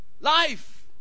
life